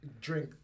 drink